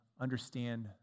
understand